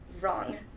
wrong